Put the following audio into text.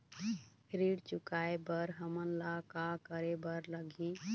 ऋण चुकाए बर हमन ला का करे बर लगही?